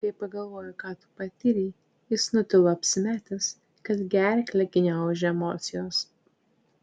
kai pagalvoju ką tu patyrei jis nutilo apsimetęs kad gerklę gniaužia emocijos